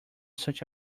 such